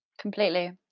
Completely